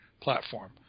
platform